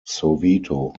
soweto